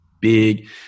big